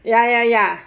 ya ya ya